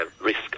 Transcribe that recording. risk